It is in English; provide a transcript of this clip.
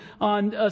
on